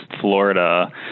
Florida